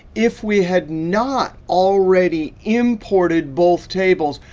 if we had not already imported both tables,